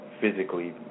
physically